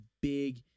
big